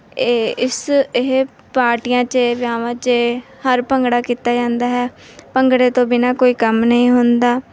ਇਹ ਇਸ ਇਹ ਪਾਰਟੀਆਂ 'ਚ ਵਿਆਹਾਂ 'ਚ ਹਰ ਭੰਗੜਾ ਕੀਤਾ ਜਾਂਦਾ ਹੈ ਭੰਗੜੇ ਤੋਂ ਬਿਨਾਂ ਕੋਈ ਕੰਮ ਨਹੀਂ ਹੁੰਦਾ